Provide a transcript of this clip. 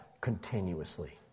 continuously